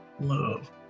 love